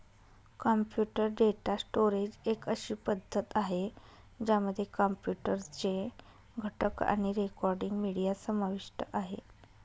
computer data storage एक अशी पद्धती आहे, ज्यामध्ये कॉम्प्युटर चे घटक आणि रेकॉर्डिंग, मीडिया समाविष्ट आहे